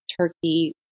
turkey